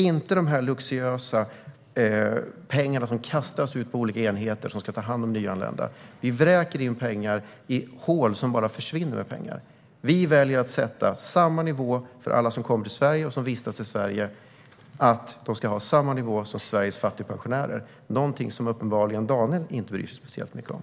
Det ska inte vara luxuöst och kastas ut pengar till olika enheter som ska ta hand om nyanlända. Man vräker in pengar i hål där de bara försvinner. Vi vill att alla som kommer till och vistas i Sverige ska ha samma nivå som Sveriges fattigpensionärer - någonting Daniel uppenbarligen inte bryr sig speciellt mycket om.